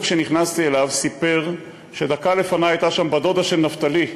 כשנכנסתי אליו הוא סיפר שדקה לפני הייתה שם בת-דודה של נפתלי,